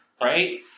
right